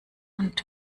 und